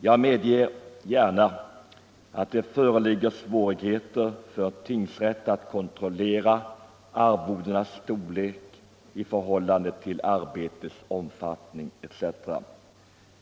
Jag medger gärna att det föreligger svårigheter för tingsrätten att kontrollera arvodenas storlek i förhållande till arbetets omfattning etc.